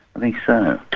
i think so,